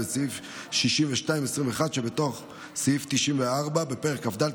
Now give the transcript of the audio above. ואת סעיף 62(21) שבתוך סעיף 94 בפרק כ"ד,